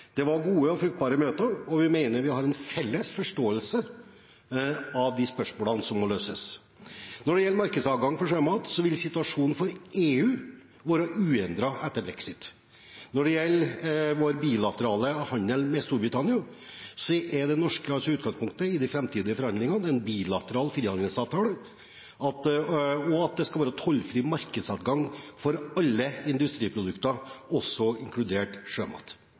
Det var gode og fruktbare møter, og vi mener at vi har en felles forståelse av de spørsmålene som må løses. Når det gjelder markedsadgang for sjømat, vil situasjonen for EU være uendret etter brexit. Når det gjelder vår bilaterale handel med Storbritannia, er det norske utgangspunktet i de framtidige forhandlingene en bilateral frihandelsavtale og at det skal være tollfri markedsadgang for alle industriprodukter, inkludert sjømat.